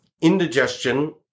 indigestion